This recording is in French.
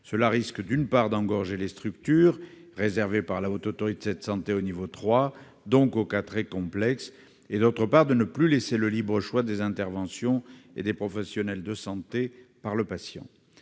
Cela risque, d'une part, d'engorger les structures réservées par la Haute Autorité de santé au niveau 3, donc, aux cas très complexes, d'autre part, de ne plus laisser le libre choix des interventions et des professionnels de santé par le patient.